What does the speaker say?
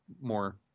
more